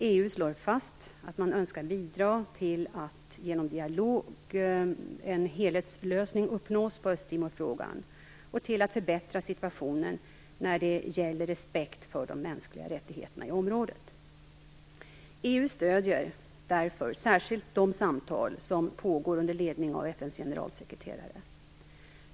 EU slår fast att man önskar bidra till att en helhetslösning uppnås av Östtimorfrågan genom dialog och till att förbättra de mänskliga rättigheterna i området. EU stöder därför särskilt de samtal som pågår under ledning av FN:s generalsekreterare.